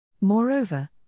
Moreover